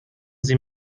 sie